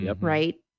Right